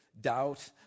doubt